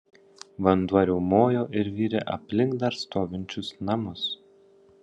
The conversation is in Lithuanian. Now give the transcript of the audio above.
vanduo riaumojo ir virė aplink dar stovinčius namus